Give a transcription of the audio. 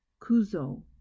Kuzo